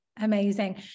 amazing